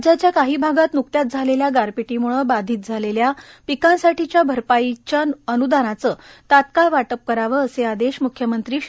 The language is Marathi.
राज्याच्या काही भागात नुकत्याच झालेल्या गारपिटीमुळं बावित झालेल्या पिकांसाठीच्या भरपाईच्या अनुदानाचं ताल्काळ वाटप करावं असे आदेश मुख्यमंत्री श्री